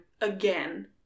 again